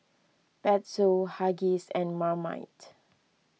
Pezzo Huggies and Marmite